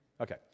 okay